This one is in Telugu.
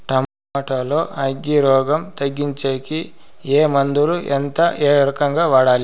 టమోటా లో అగ్గి రోగం తగ్గించేకి ఏ మందులు? ఎంత? ఏ రకంగా వాడాలి?